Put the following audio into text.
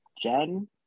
Jen